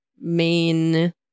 main